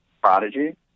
prodigy